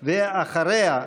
ואחריה,